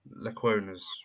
Laquona's